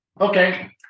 Okay